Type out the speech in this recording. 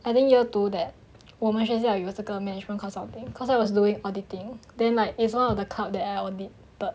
I think year two that 我们学校有个这个 management consulting cause I was doing auditing then like it's one of the club that I audited